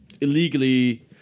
illegally